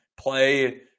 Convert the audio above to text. play